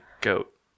goat